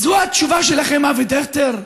זו התשובה שלכם, אבי דיכטר,